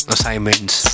Assignments